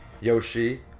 Yoshi